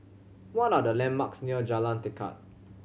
what are the landmarks near Jalan Tekad